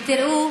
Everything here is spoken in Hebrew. ותראו